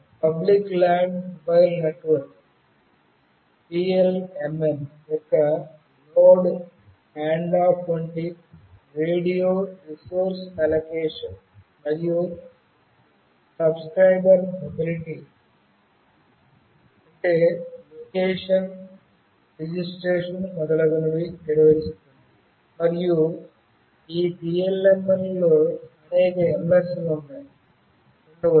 public land mobile network PLMN Land Mobile Network యొక్క node handoff వంటి radio resource allocation మరియు subscribers mobility అంటే location registration మొదలగునవి నిర్వహిస్తుంది మరియు ఈ పిఎల్ఎమ్ఎన్ లో అనేక ఎంఎస్లుMS's ఉండవచ్చు